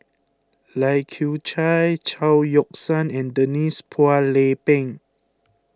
Lai Kew Chai Chao Yoke San and Denise Phua Lay Peng